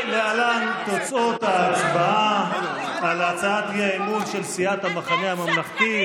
להלן תוצאות ההצבעה על הצעת האי-אמון של סיעת המחנה הממלכתי.